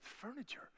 furniture